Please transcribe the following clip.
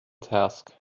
task